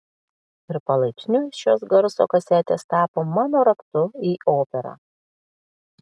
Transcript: ir palaipsniui šios garso kasetės tapo mano raktu į operą